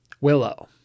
Willow